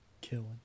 Killing